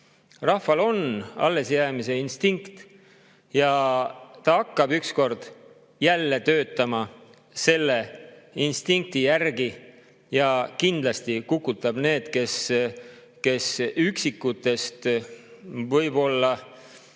Rahval on allesjäämise instinkt. Ta hakkab ükskord jälle töötama selle instinkti järgi ja kindlasti kukutab need, kes üksikutest võib-olla